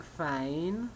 fine